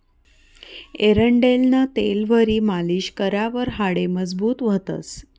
एरंडेलनं तेलवरी मालीश करावर हाडे मजबूत व्हतंस